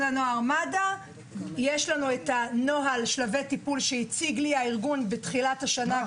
הנוער מד"א יש לנו נוהל שלבי טיפול שהארגון הציג לי בתחילת השנה.